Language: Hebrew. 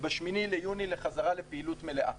ב-8 ביוני חזרה לפעילות מלאה.